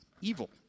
evil